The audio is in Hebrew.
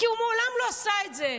כי הוא מעולם לא עשה את זה.